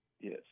Yes